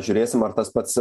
žiūrėsim ar tas pats